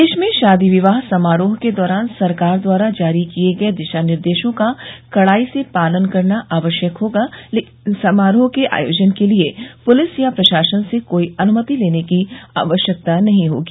प्रदेश में शादी विवाह समारोह के दौरान सरकार द्वारा जारी किये गये दिशा निर्देशों का कड़ाई से पालन करना आवश्यक होगा लेकिन समारोह के आयोजन के लिये पुलिस या प्रशासन से कोई अनुमति लेने की आवश्यकता नहीं होगी